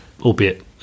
albeit